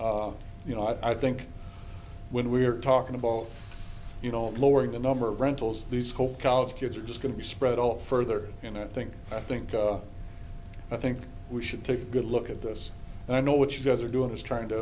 and you know i think when we're talking about you know lowering the number rentals the school college kids are just going to be spread all further and i think i think i think we should take a good look at this and i know what you guys are doing is trying to